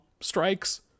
strikes